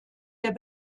der